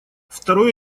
второй